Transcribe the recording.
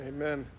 Amen